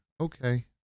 Okay